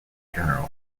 general